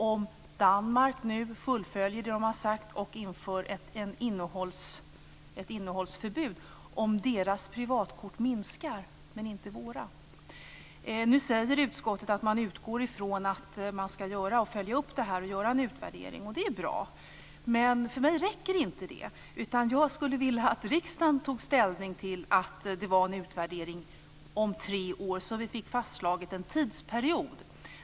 Om Danmark fullföljer det de har sagt och inför ett innehållsförbud kommer vi att kunna se om antalet privatkort minskar i Danmark men inte i Sverige. Nu säger utskottet att det utgår ifrån att man ska följa upp detta och göra en utvärdering och det är bra, men för mig räcker det inte. Jag skulle vilja att riksdagen tog ställning i frågan om att göra en utvärdering om tre år, så att det fastslogs en tidsperiod.